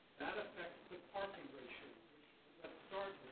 that affects the parking ratio, which let's start